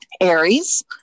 Aries